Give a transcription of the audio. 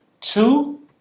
two